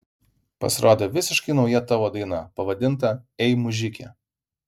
pasirodė visiškai nauja tavo daina pavadinta ei mužike